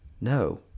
No